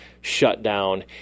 shutdown